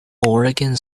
oregon